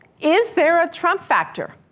is there a trump factor?